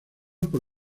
por